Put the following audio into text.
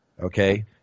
okay